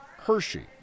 Hershey